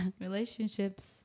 relationships